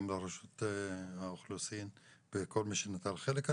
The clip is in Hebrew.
גם לרשות האוכלוסין וכל מי שנטל חלק.